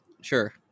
Sure